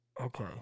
okay